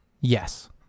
yes